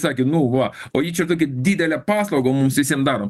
sakė nu va o ji čia tokią didelę paslaugą mums visiem daro